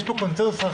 יש פה קונצנזוס רחב.